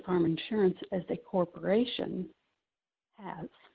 farm insurance as the corporation